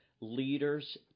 Leaders